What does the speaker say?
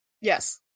Yes